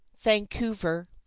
Vancouver